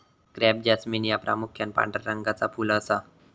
crape jasmine ह्या प्रामुख्यान पांढऱ्या रंगाचा फुल असा